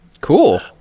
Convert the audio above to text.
Cool